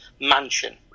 mansion